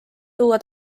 tuua